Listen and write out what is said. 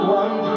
one